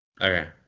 Okay